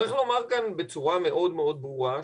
צריך לומר כאן בצורה מאוד ברורה,